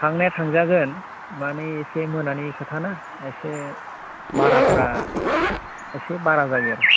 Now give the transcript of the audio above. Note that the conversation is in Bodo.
थांनाया थांनो हागोन माने एसे मोनानि खोथाना दा एसे भाराफोरा एसे बारा जायो आरो